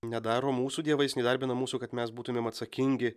nedaro mūsų dievais neįdarbina mūsų kad mes būtumėm atsakingi